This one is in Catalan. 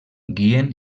guien